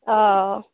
অ'